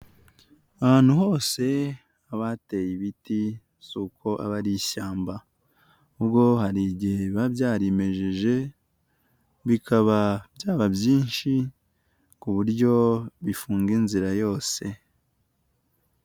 Ahantu hose haba hateye ibiti si uko aba ari ishyamba ahubwo hari igihe biba byarimejeje bikaba byaba byinshi ku buryo bifunga inzira yose.